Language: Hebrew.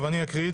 נקריא את